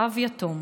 רב יתום,